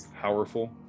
powerful